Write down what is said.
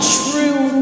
true